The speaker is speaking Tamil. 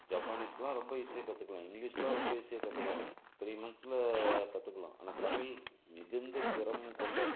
ஜப்பானிஸுலாம் ரொம்ப ஈஸியாக கற்றுக்கலாம் இங்கிலிஷ்லாம் ரொம்ப ஈஸியாக கற்றுக்கலாம் த்ரீ மந்த்ல கற்றுக்கலாம் ஆனால் தமிழ் மிகுந்த சிரமம் கொண்ட